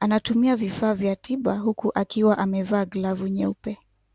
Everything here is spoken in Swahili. Anatumia vifaa vya tiba huku akiwa amevaa glavu nyeupe.